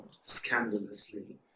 scandalously